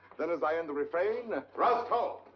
then as i end the refrain, ah thrust home!